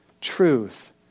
truth